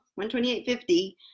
$128.50